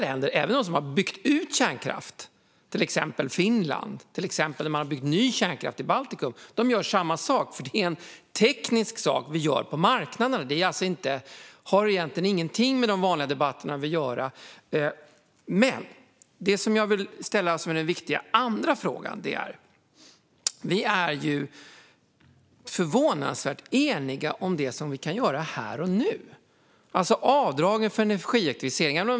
Det gäller även de länder som har byggt ut kärnkraft, till exempel Finland, och där man har byggt ut ny kärnkraft i Baltikum. De gör samma sak. Det är en teknisk sak vi gör på marknaden. Det har egentligen ingenting att göra med de vanliga debatterna. Den viktiga andra fråga som jag vill ställa gäller följande. Vi är förvånansvärt eniga om det som vi kan göra här och nu. Det handlar om avdragen för energieffektivisering.